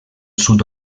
sud